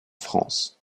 france